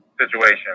situation